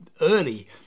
early